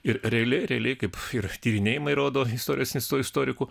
ir realiai realiai kaip ir tyrinėjimai rodo istorijos instituto istorikų